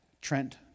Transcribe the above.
Trent